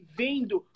vendo